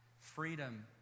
Freedom